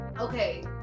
okay